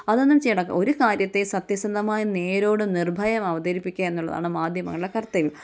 അതൊന്നും ചെയ്യേണ്ട ഒരു കാര്യത്തെ സത്യസന്ധമായി നേരോടും നിർഭയം അവതരിപ്പിക്കുക എന്നുള്ളതാണ് മാധ്യമങ്ങളുടെ കർത്തവ്യം